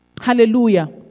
Hallelujah